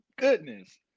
goodness